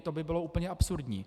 To by bylo úplně absurdní.